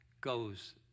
goes